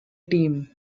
team